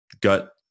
gut